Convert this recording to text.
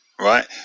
Right